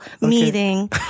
meeting